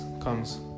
comes